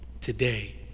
Today